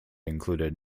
included